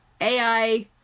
AI